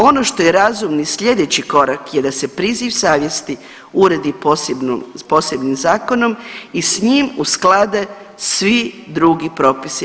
Ono što je razumni sljedeći korak je da se više priziv savjesti uredi s posebnim zakonom i s njim usklade svi drugi propisi.